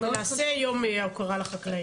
ונעשה יום הוקרה לחקלאים,